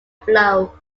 flow